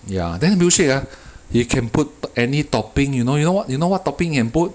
ya then milkshake ah you can put any topping you know you know what you know what topping you can put